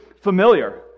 familiar